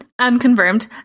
Unconfirmed